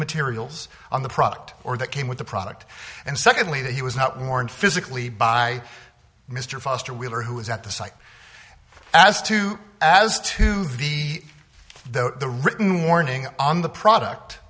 materials on the product or that came with the product and secondly that he was not warned physically by mr foster wheeler who was at the site as to as to the the written warning on the product